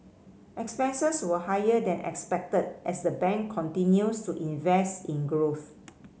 expenses were higher than expected as the bank continues to invest in growth